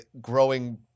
growing